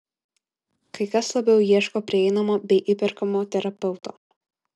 kai kas labiau ieško prieinamo bei įperkamo terapeuto